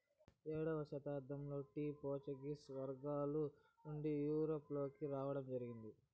ఏడవ శతాబ్దంలో tea Portuguese వర్తకుల నుండి యూరప్ లోకి రావడం జరిగింది